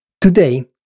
Today